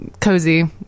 cozy